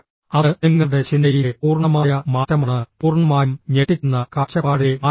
അത് നിങ്ങളുടെ ചിന്തയിലെ പൂർണ്ണമായ മാറ്റമാണ് പൂർണ്ണമായും ഞെട്ടിക്കുന്ന കാഴ്ചപ്പാടിലെ മാറ്റമാണ്